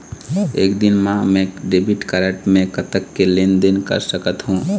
एक दिन मा मैं डेबिट कारड मे कतक के लेन देन कर सकत हो?